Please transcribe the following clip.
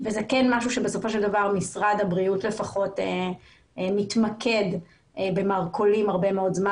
וזה כן משהו שבסופו של דבר משרד הבריאות מתמקד במרכולים הרבה מאוד זמן.